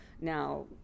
Now